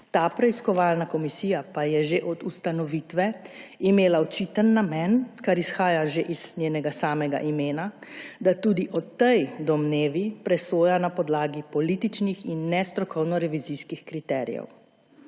Ta preiskovalna komisija pa je že od ustanovitve imela očiten namen, kar izhaja že iz njenega samega imena, da tudi o tej domnevi presoja na podlagi političnih in ne strokovno-revizijskih kriterijev.